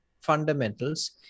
fundamentals